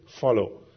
follow